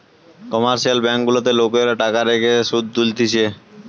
commercial bank গুলাতে লোকরা টাকা রেখে শুধ তুলতিছে